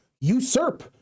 usurp